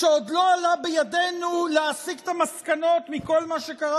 כשעוד לא עלה בידנו להסיק את המסקנות מכל מה שקרה